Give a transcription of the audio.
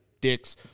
dicks